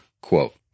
quote